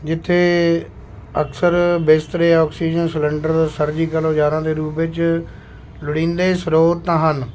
ਜਿੱਥੇ ਅਕਸਰ ਬਿਸਤਰੇ ਔਕਸੀਜਨ ਸਿਲੰਡਰ ਸਰਜੀਕਲ ਔਜ਼ਾਰਾਂ ਦੇ ਰੂਪ ਵਿੱਚ ਲੋੜੀਂਦੇ ਸਰੋਤ ਹਨ